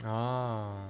oh